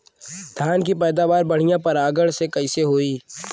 धान की पैदावार बढ़िया परागण से कईसे होई?